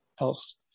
else